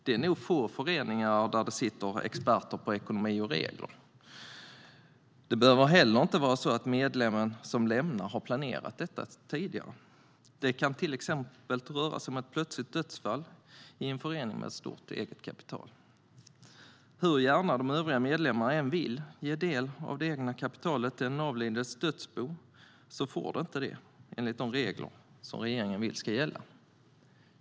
Det är nog få föreningar där det sitter experter på ekonomi och regler. Det behöver inte heller vara så att medlemmen som lämnar föreningen har planerat detta. Det kan till exempel röra sig om ett plötsligt dödsfall i en förening med stort eget kapital. Hur gärna de övriga medlemmarna än vill ge en del av det egna kapitalet till den avlidnas dödsbo får de inte göra detta, enligt de regler som regeringen vill ska gälla.